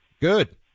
good